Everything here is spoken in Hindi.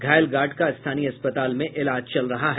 घायल गार्ड का स्थानीय अस्पताल में इलाज चल रहा है